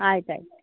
ಆಯ್ತು ಆಯಿತು